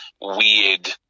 weird